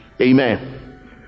amen